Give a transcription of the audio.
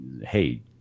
Hey